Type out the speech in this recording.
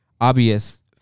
obvious